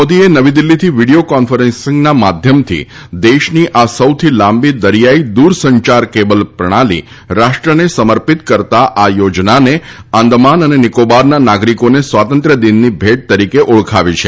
મોદીએ નવી દિલ્ફીથી વીડીયો કોન્ફરન્સીંગના માધ્યમથી દેશની આ સૌથી લાંબી દરીયાઇ દુરસંચાર કેબલ પ્રણાલી રાષ્ટ્રને સમર્પિત કરતાં આ યોજનાને આંદામાન અને નિકોબારના નાગરિકોને સ્વાતંત્ર્ય દિનની ભેટ તરીકે ઓળખાવી છે